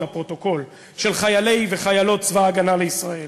של חיילי וחיילות צבא ההגנה לישראל,